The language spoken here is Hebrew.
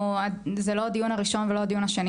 זה לא הדיון הראשון ולא הדיון השני